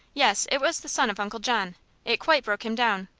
yes it was the son of uncle john it quite broke him down.